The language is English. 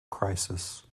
crisis